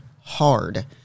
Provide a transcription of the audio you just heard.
hard